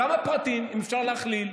למה פרטים, אם אפשר להכליל?